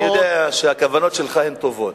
אני יודע שהכוונות שלך טובות.